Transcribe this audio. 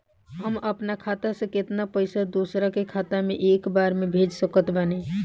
हम अपना खाता से केतना पैसा दोसरा के खाता मे एक बार मे भेज सकत बानी?